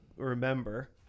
remember